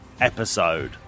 episode